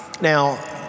Now